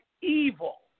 evil